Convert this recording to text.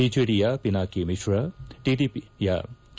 ಬಿಜೆಡಿಯ ಪಿನಾಕಿ ಮಿಶ್ರು ಟಿಡಿಪಿಯ ಕೆ